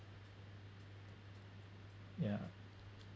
yeah